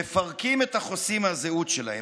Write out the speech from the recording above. מפרקים את החוסים מהזהות שלהם,